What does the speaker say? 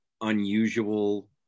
unusual